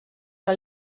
que